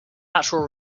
natural